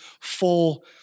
full